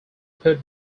put